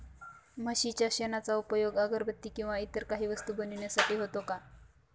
म्हशीच्या शेणाचा उपयोग अगरबत्ती किंवा इतर काही वस्तू बनविण्यासाठी होतो का?